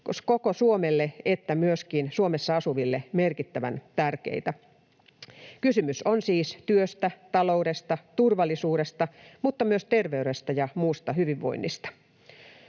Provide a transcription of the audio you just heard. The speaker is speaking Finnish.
koko Suomelle että myöskin Suomessa asuville merkittävän tärkeitä. Kysymys on siis työstä, taloudesta, turvallisuudesta mutta myös terveydestä ja muusta hyvinvoinnista.